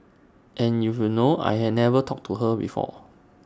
and you will know I had never talked to her before